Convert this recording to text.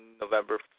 November